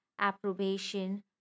approbation